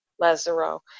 Lazzaro